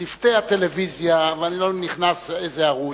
צוותי הטלוויזיה, ואני לא נכנס איזה ערוץ,